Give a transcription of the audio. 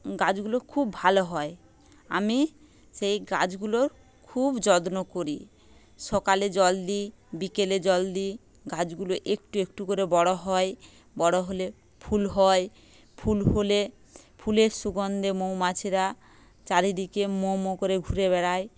গাছগুলো খুব ভালো হয় আমি সেই গাছগুলোর খুব যত্ন করি সকালে জল দিই বিকেলে জল দিই গাছগুলো একটু একটু করে বড় হয় বড় হলে ফুল হয় ফুল হলে ফুলের সুগন্ধে মৌমাছিরা চারিদিকে ম ম করে ঘুরে বেড়ায়